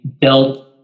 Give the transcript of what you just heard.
built